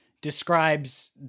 describes